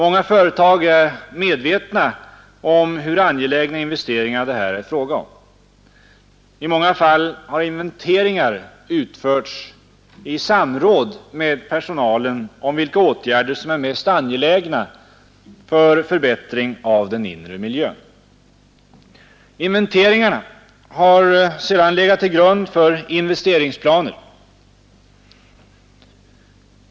Många företag är medvetna om hur angelägna investeringar det här är fråga om. I många fall har inventeringar utförts i samråd med personalen om vilka åtgärder som är mest angelägna för förbättring av den inre miljön. Inventeringarna har sedan legat till grund för investeringsplaner.